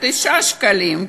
9 שקלים,